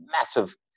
massive